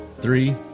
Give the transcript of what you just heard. Three